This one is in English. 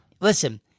listen